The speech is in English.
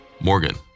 Morgan